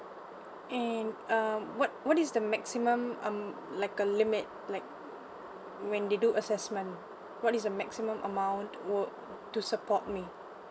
and um what what is the maximum um like a limit like when they do assessment what is the maximum amount were to support me